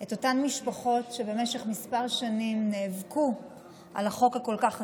את אותן משפחות שבמשך כמה שנים נאבקו על החוק החשוב כל כך הזה.